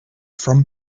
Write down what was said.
from